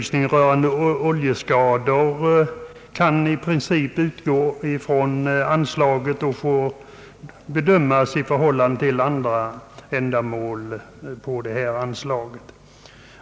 skador kan i princip utgå från anslaget. Det får bedömas i förhållande till andra ändamål på detta anslag.